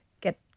get